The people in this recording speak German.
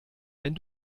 wenn